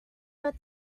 your